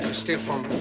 and steal from